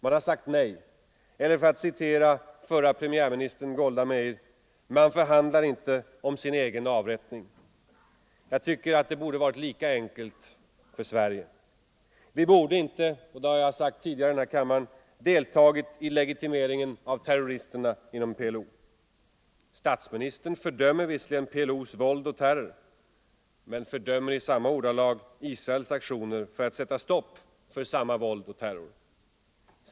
Man har sagt nej, eller för att citera förra premiärministern Golda Meir: ”Man förhandlar inte om sin egen avrättning.” Jag tycker att det borde ha varit lika enkelt för Sverige. Vi borde inte — det har jag sagt tidigare i den här kammaren — ha deltagit i legitimeringen av terroristerna inom PLO. Statsministern fördömer visserligen PLO:s våld och terror men fördömer i samma ordalag Israels aktioner för att sätta stopp för samma våld och terror.